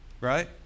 right